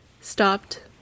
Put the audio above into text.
stopped